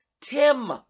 tim